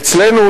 אצלנו,